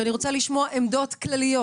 שאני רוצה לשמוע עמדות כלליות.